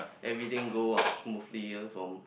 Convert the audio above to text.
everything go out smoother from